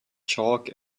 chalk